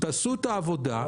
תעשו את העבודה,